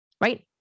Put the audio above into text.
Right